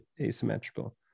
asymmetrical